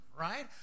right